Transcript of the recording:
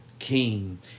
king